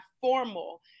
formal